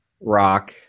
rock